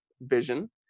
vision